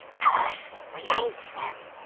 curse them! we hates them!